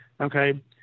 okay